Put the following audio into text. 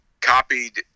copied